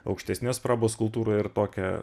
aukštesnės prabos kultūrą ir tokią